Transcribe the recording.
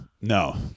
No